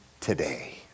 today